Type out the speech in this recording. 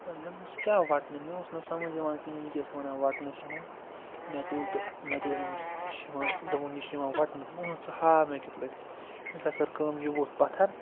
مےٚ دوٚپمس کیٛاہ وَٹنہٕ مےٚ اوس نہٕ سَمجھ یِوان کِہیٖنۍ یہِ کیٛاہ چھِ ونان وَٹنہٕ چھِ یِوان مےٚ تُل تہٕ مےٚ دوٚپ أمِس یہِ چھُ یِوان دوٚپن یہِ چھِ یِوان وٹنہٕ مےٚ دوٚ ژٕ ہاو مےٚ کِتھ پٲٹھۍ أمۍ ہسا کٔر کٲم یہِ ووٚتھ پَتھَر